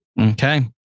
Okay